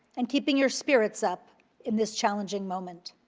and keeping your spirits up in this challenging moment.